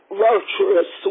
virtuous